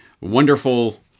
wonderful